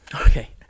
Okay